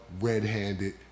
red-handed